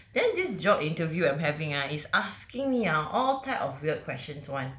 then this job interview I'm having ah is asking me ah all type of weird questions [one]